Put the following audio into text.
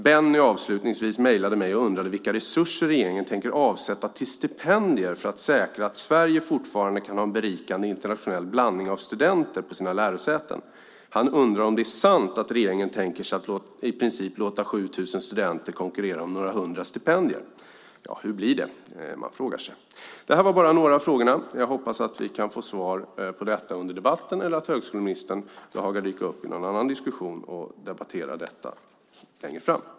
Benny avslutningsvis mejlade mig och undrade vilka resurser regeringen tänker avsätta till stipendier för att säkra att Sverige fortfarande kan ha en berikande internationell blandning av studenter på sina lärosäten. Han undrar om det är sant att regeringen tänker sig att i princip låta 7 000 studenter konkurrera om några hundra stipendier. Ja, hur blir det? Man frågar sig. Det var bara några av frågorna. Jag hoppas att vi kan få svar på detta under debatten eller att högskoleministern behagar dyka upp i någon annan diskussion och debattera detta längre fram.